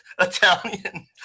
Italian